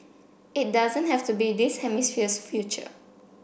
it doesn't have to be this hemisphere's future